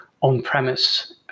on-premise